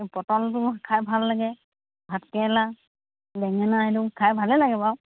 পটলটো খাই ভাল লাগে ভাতকেৰেলা বেঙেনা এইবোৰ খাই ভালে লাগে বাৰু